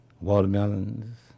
watermelons